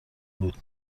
بود